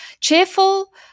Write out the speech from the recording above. Cheerful